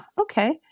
okay